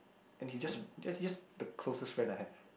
and he's just he just the closest friend I have